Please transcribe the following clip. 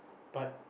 but